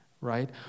right